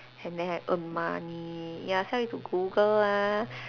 and then I earn money ya so I got Google lah